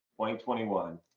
2021